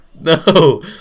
No